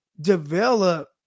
develop